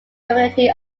community